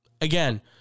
again